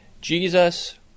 Jesus